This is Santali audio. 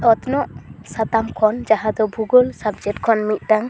ᱚᱛᱱᱚᱜ ᱥᱟᱛᱟᱢ ᱠᱷᱚᱱ ᱡᱟᱦᱟᱸ ᱫᱚ ᱵᱷᱩᱜᱳᱞ ᱥᱟᱵᱡᱮᱴ ᱠᱷᱚᱱ ᱢᱤᱫᱴᱟᱝ